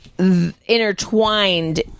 intertwined